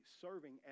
serving